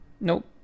Nope